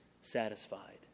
satisfied